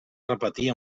repetir